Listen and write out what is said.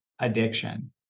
addiction